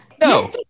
No